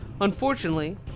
Unfortunately